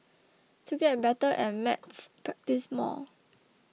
to get better at maths practise more